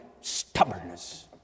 stubbornness